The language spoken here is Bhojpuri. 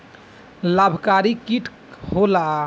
लाभकारी कीट का होला?